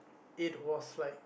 it was like